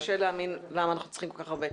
קשה להאמין למה אנחנו צריכים כל כך הרבה.